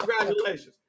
Congratulations